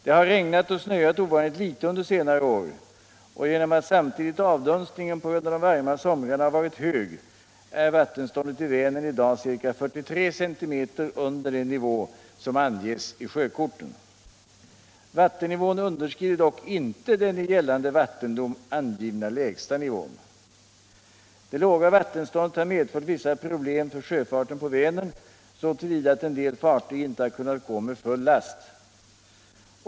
Det har regnat och snöat ovanligt litet under senare år, och genom att samtidigt avdunstningen på grund av de varma somrarna har varit hög är vattenståndet i Vänern i dag ca 43 cm under den nivå som anges i sjökortet. Vattennivån underskrider dock inte den i gällande vattendom angivna lägsta nivån. Det låga vattenståndet har medfört vissa problem för sjöfarten på Vänern, så till vida att en del fartyg inte har kunnat gå med full last.